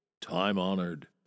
time-honored